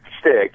stick